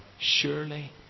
surely